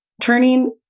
turning